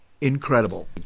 incredible